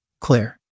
Claire